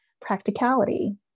practicality